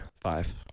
Five